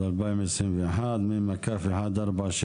התשפ"ב-2021 מ/1464.